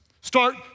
start